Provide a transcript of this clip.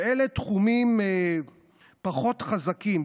אלה תחומים פחות חזקים,